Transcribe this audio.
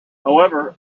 however